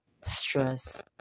stress